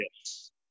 yes